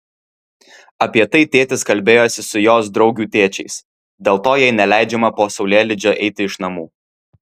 apie tai tėtis kalbėjosi su jos draugių tėčiais dėl to jai neleidžiama po saulėlydžio eiti iš namų